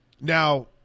now